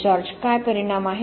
George कारण परिणाम आहेत